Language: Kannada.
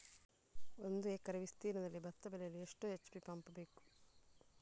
ಒಂದುಎಕರೆ ವಿಸ್ತೀರ್ಣದಲ್ಲಿ ಭತ್ತ ಬೆಳೆಯಲು ಎಷ್ಟು ಎಚ್.ಪಿ ಪಂಪ್ ಬೇಕು?